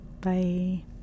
Bye